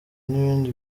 n’ibindi